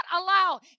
allow